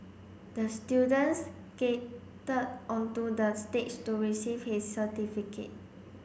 the student skated onto the stage to receive his certificate